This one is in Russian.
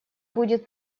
будет